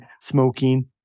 smoking